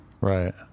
Right